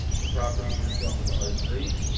the property is zoned r three,